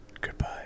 Goodbye